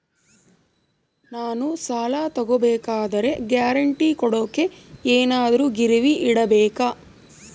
ನಾನು ಸಾಲ ತಗೋಬೇಕಾದರೆ ಗ್ಯಾರಂಟಿ ಕೊಡೋಕೆ ಏನಾದ್ರೂ ಗಿರಿವಿ ಇಡಬೇಕಾ?